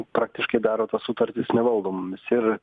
praktiškai daro tas sutartis nevaldomomis ir